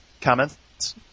comments